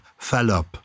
Fallop